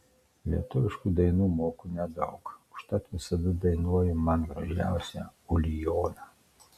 lietuviškų dainų moku nedaug užtat visada dainuoju man gražiausią ulijoną